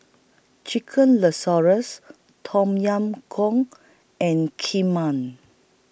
Chicken Tom Yam Goong and Kheema